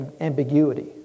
ambiguity